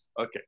Okay